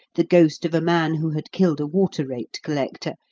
the ghost of a man who had killed a water rate collector,